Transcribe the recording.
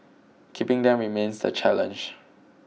keeping them remains the challenge